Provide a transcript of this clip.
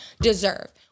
deserve